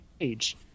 age